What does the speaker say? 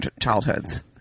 childhoods